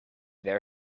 their